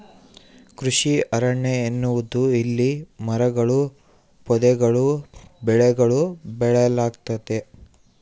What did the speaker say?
ಕೃಷಿ ಅರಣ್ಯ ಎನ್ನುವುದು ಇಲ್ಲಿ ಮರಗಳೂ ಪೊದೆಗಳೂ ಬೆಳೆಗಳೂ ಬೆಳೆಯಲಾಗ್ತತೆ